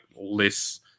less